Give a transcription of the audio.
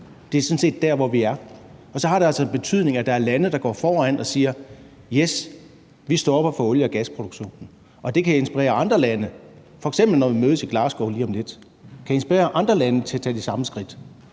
Det er sådan set der, hvor vi er. Og så har det altså en betydning, at der er lande, der går foran og siger: Yes, vi stopper for olie- og gasproduktionen. Det kan inspirere andre lande, f.eks. når vi mødes i Glasgow lige om lidt, til at tage de samme skridt.